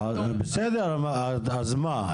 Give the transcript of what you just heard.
בסדר, אז מה?